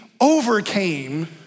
overcame